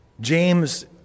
James